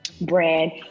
brand